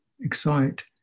excite